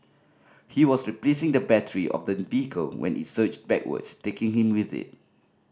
he was replacing the battery of the vehicle when it surged backwards taking him with it